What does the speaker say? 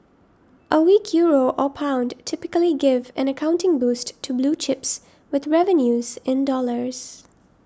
a weak Euro or pound typically give an accounting boost to blue chips with revenues in dollars